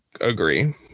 agree